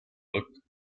ruck